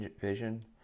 vision